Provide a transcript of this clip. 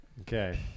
okay